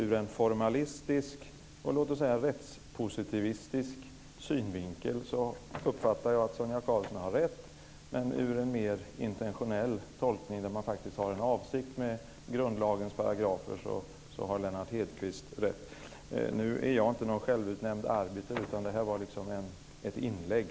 Ur en formalistisk och låt oss säga rättspositivistisk synvinkel uppfattar jag att Sonia Karlsson har rätt, men utifrån en mer intentionell tolkning, där man faktiskt har en avsikt med grundlagens paragrafer, har Jag är ingen självutnämnd arbiter, utan detta var enbart ett inlägg.